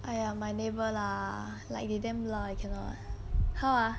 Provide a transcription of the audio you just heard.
!aiya! my neighbour lah like they damn lou~ I cannot how ah